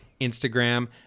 Instagram